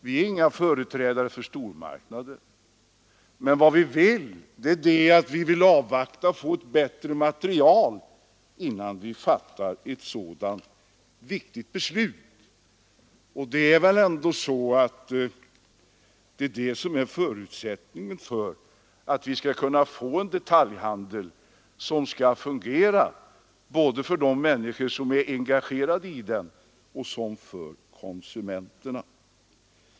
Vi är inga företrädare för stormarknader, men vi vill avvakta för att få ett bättre material innan vi fattar ett så viktigt beslut. Det är förutsättningen för att vi skall kunna få en detaljhandel som fungerar både för de människor som är engagerade i den och för konsumenterna.